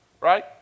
right